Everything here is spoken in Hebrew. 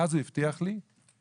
ואז הוא הבטיח לי שיכירו.